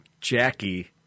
Jackie